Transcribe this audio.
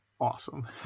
awesome